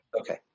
Okay